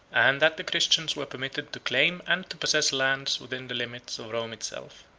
and that the christians were permitted to claim and to possess lands within the limits of rome itself.